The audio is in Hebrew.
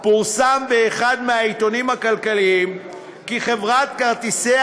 פורסם באחד מהעיתונים הכלכליים כי חברת כרטיסי